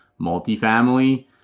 multifamily